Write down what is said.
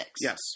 Yes